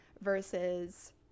versus